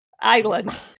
island